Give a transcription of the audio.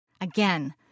Again